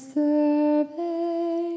survey